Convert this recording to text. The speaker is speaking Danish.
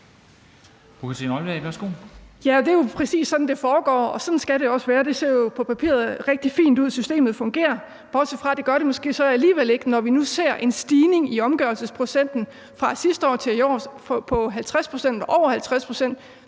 Ja, og det er jo præcis sådan, det foregår, og sådan skal det også være. Det ser jo på papiret rigtig fint ud, systemet fungerer, bortset fra at det gør det måske så alligevel ikke, når vi nu ser en stigning i omgørelsesprocenten fra sidste år til i år fra over 50 pct.